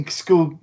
school